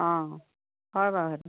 অঁ হয় বাউ সেইটো